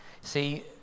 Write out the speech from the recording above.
See